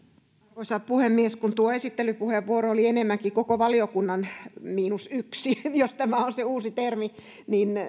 arvoisa puhemies kun tuo esittelypuheenvuoro oli enemmänkin koko valiokunnan miinus yksi jos tämä on se uusi termi